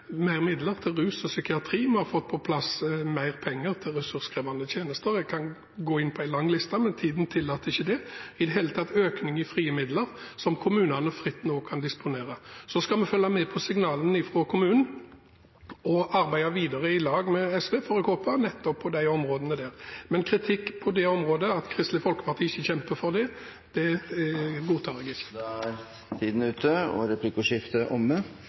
mer midler til rus og psykiatri, og vi har fått på plass mer penger til ressurskrevende tjenester. Jeg kan gå inn på ei lang liste, men tiden tillater ikke det. Det er i det hele tatt økning i frie midler som kommunene nå fritt kan disponere. Så skal vi følge med på signalene fra kommunene og arbeide videre i lag med SV – får jeg håpe – nettopp på disse områdene. Men kritikk som går på at Kristelig Folkeparti ikke kjemper for dette, godtar jeg ikke. Da er replikkordskiftet omme.